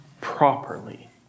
properly